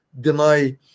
Deny